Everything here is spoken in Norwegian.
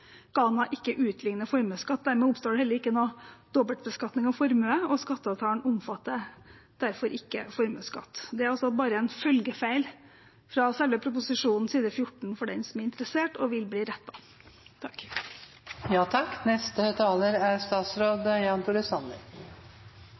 ikke utligner formuesskatt. Dermed oppstår det heller ikke noen dobbeltbeskatning av formue, og skatteavtalen omfatter derfor ikke formuesskatt. Dette er bare en følgefeil fra selve proposisjonen side 14, for den som er interessert, og vil bli